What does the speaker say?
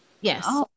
Yes